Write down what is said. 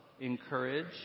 encourage